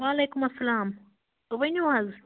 وعلیکُم اسلام ؤنِو حظ